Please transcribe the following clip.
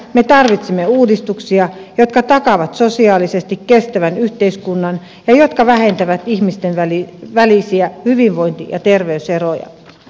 me tarvitsemme uudistuksia jotka takaavat sosiaalisesti kestävän yhteiskunnan ja jotka vähentävät ihmisten välisiä hyvinvointi ja terveyseroja